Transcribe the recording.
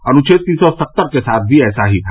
अनुच्छेद तीन सौ सत्तर के साथ भी ऐसा ही था